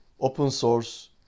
open-source